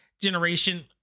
generation